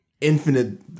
infinite